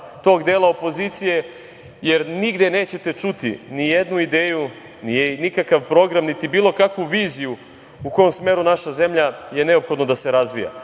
tog dela opozicije, jer nigde nećete čuti ni jednu ideju, nikakav program, niti bilo kakvu viziju u kom smeru naša zemlja je neophodno da se razvija.